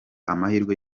amahirwe